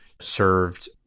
served